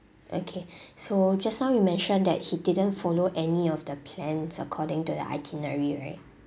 okay so just now you mentioned that he didn't follow any of the plans according to the itinerary right